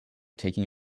taking